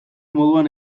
moduan